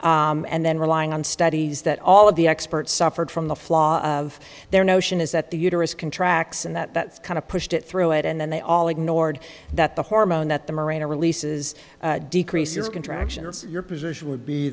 block and then relying on studies that all of the experts suffered from the flaw of their notion is that the uterus contracts and that kind of pushed it through it and then they all ignored that the hormone that the marina releases decreases contraction of your position would be